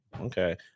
Okay